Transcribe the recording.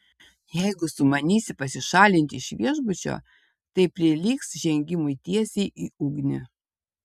jeigu sumanysi pasišalinti iš viešbučio tai prilygs žengimui tiesiai į ugnį